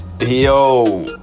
yo